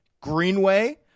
Greenway